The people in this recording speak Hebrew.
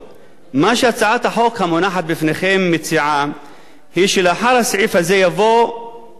הצעת החוק המונחת בפניכם מציעה שלאחר הסעיף הזה יבוא כך: